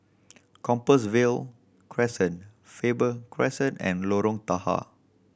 Compassvale Crescent Faber Crescent and Lorong Tahar